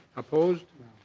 opposed